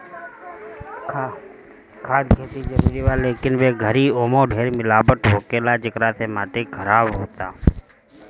खाद खेती ला जरूरी बा, लेकिन ए घरी ओमे ढेर मिलावट होखेला, जेकरा से माटी खराब होता